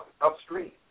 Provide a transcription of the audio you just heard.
upstream